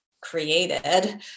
created